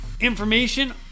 information